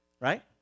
Right